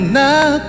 now